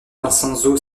vincenzo